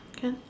can